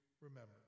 remember